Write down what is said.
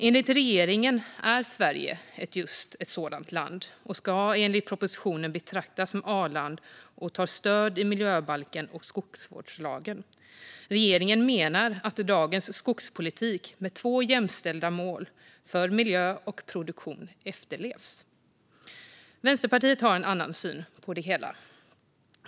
Enligt regeringen är Sverige ett sådant land. Sverige ska enligt propositionen betraktas som A-land, och man tar stöd i miljöbalken och skogsvårdslagen. Regeringen menar att dagens skogspolitik med två jämställda mål för miljö och produktion efterlevs. Vänsterpartiet har en annan syn på det hela.